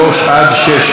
כולל,